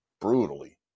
brutally